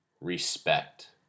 Respect